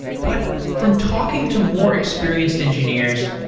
but from talking to more experienced engineers,